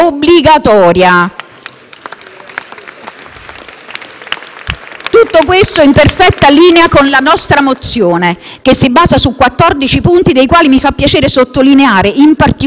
Tutto questo in perfetta linea con la nostra mozione che si basa su 14 punti dei quali mi fa piacere sottolineare, in particolare, il valore dell'ultimo nel quale si